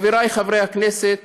חבריי חברי הכנסת,